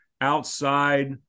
outside